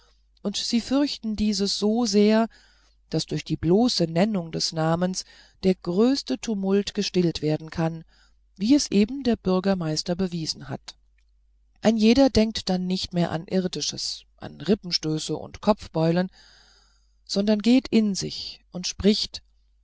und sie fürchten dieses so sehr daß durch die bloße nennung des namens der größte tumult gestillt werden kann wie es eben der herr bürgermeister bewiesen hat ein jeder denkt dann nicht mehr an irdisches an rippenstöße und kopfbeulen sondern geht in sich und spricht